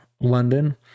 London